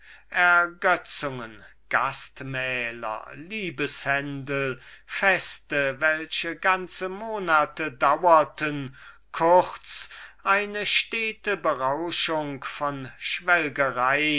ergötzungen gastmähler liebeshändel feste welche ganze monate dauerten kurz eine stete berauschung von